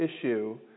issue